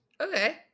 Okay